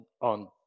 on